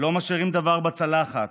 לא משאירים דבר בצלחת,